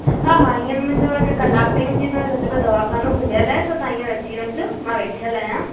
हा हा हीअंर मुंहिंजे वटि कलाकु दवा खानो खुलियलु आहे त तव्हां हीअंर अची वञिजो मां वेठल आहियां